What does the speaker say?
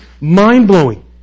mind-blowing